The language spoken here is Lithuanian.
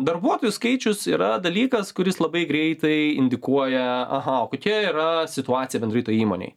darbuotojų skaičius yra dalykas kuris labai greitai indikuoja aha o kokia yra situacija bendrai toj įmonėje